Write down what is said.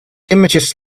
images